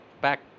back